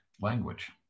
language